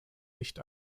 nicht